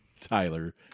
Tyler